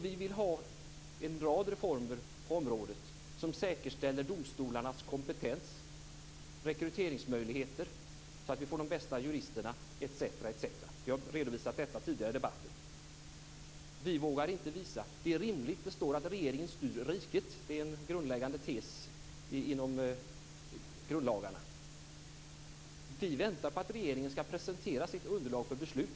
Vi vill ha en rad reformer på området som säkerställer domstolarnas kompetens och rekryteringsmöjligheter, så att vi får de bästa juristerna, etc. Vi har redovisat detta tidigare i debatten. Han säger också att vi inte vågar visa korten. Det är rimligt. Det står att regeringen styr riket. Det är en grundläggande tes i grundlagarna. Vi väntar på att regeringen ska presentera sitt underlag för beslut.